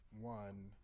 one